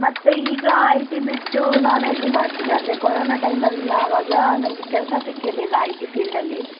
ಮತ್ತೆ ಈಗ I T ಬಿಟ್ಟು ನಾನ್ ಐ ಟಿ ಮಾಡ್ತಿದ್ದೆ ಅಂದರೆ ಕೊರೋನ ಟೈಮಲ್ಲಿ ಆವಾಗ ನನಗೆ ಕೆಲಸ ಸಿಕ್ಕಿರ್ಲಿಲ್ಲ ಐ ಟಿ ಫೀಲ್ಡಲ್ಲಿ